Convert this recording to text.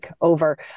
over